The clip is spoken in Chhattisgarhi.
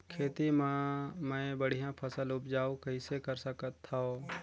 खेती म मै बढ़िया फसल उपजाऊ कइसे कर सकत थव?